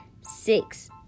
six